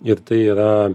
ir tai yra